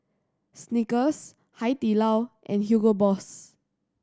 Snickers Hai Di Lao and Hugo Boss